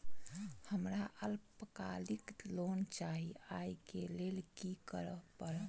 हमरा अल्पकालिक लोन चाहि अई केँ लेल की करऽ पड़त?